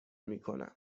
میکنم